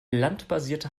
landbasierte